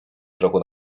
kroku